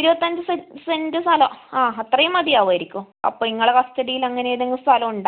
ഇരുപത്തഞ്ച് സെൻ്റ് സ്ഥലം ആ അത്രയും മതിയാവും ആയിരിക്കും അപ്പോൾ നിങ്ങളെ കസ്റ്റഡിയിൽ അങ്ങനെ ഏതെങ്കിലും സ്ഥലം ഉണ്ടോ